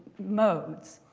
modes.